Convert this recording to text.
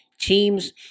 teams